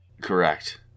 Correct